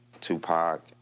Tupac